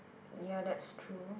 ya that's true